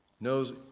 knows